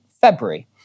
February